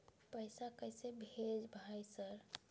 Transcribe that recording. पैसा कैसे भेज भाई सर?